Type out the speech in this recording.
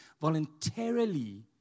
voluntarily